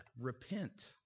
Repent